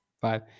five